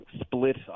split